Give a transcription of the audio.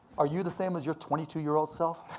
are you the same as your twenty two year old self?